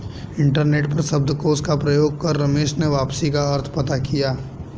internet पर शब्दकोश का प्रयोग कर रमेश ने वापसी का अर्थ पता किया